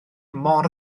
mor